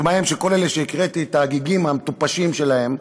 אלה שהקראתי את ההגיגים המטופשים שלהם,